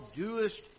doest